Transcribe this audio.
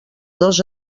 dos